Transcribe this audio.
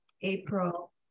April